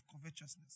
covetousness